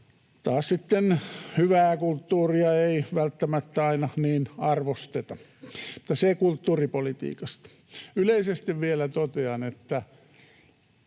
taas sitten hyvää kulttuuria ei välttämättä aina niin arvosteta. Mutta se kulttuuripolitiikasta. Yleisesti vielä totean, että